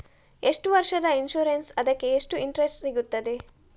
ಎಷ್ಟು ವರ್ಷದ ಇನ್ಸೂರೆನ್ಸ್ ಅದಕ್ಕೆ ಎಷ್ಟು ಇಂಟ್ರೆಸ್ಟ್ ಸಿಗುತ್ತದೆ?